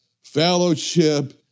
Fellowship